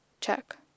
check